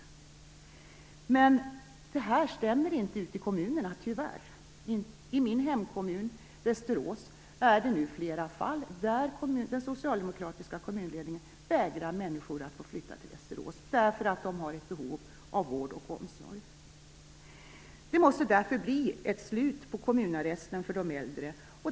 Men det gäller inte ute i kommunerna, tyvärr. I min hemkommun Västerås, finns det nu flera fall där den socialdemokratiska kommunledningen vägrar människor att flytta till Västerås, därför att de har behov av vård och omsorg. Det måste därför bli ett slut på kommunarresten för de äldre.